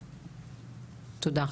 תודה.